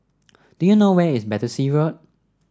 do you know where is Battersea Road